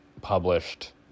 published